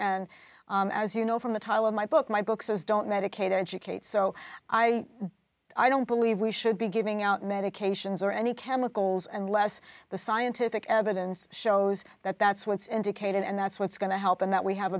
and as you know from the title of my book my book says don't medicate educate so i i don't believe we should be giving out medications or any chemicals and less the scientific evidence shows that that's what's indicated and that's what's going to help and that we have